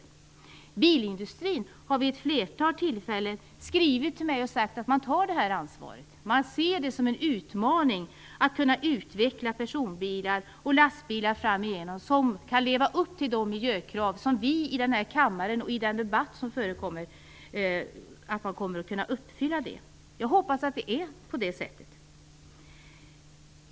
Man har från bilindustrin vid ett flertal tillfällen skrivit till mig och sagt att man tar det ansvaret. Man ser det som en utmaning att framöver kunna utveckla personbilar och lastbilar som kan leva upp till de miljökrav som vi i den här kammaren och i den debatt som förekommer har framfört. Jag hoppas att det är på det sättet.